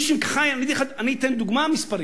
אני אתן דוגמה מספרית,